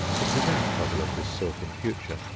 to prevent trouble of this sort in future,